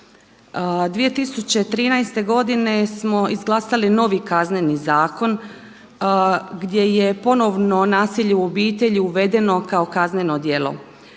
2013. godine smo izglasali novi Kazneni zakon gdje je ponovno nasilje u obitelji uvedeno kao kazneno djelo.